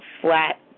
flat